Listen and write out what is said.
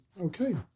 Okay